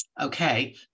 okay